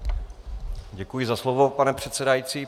Děkuji za slovo, pane předsedající.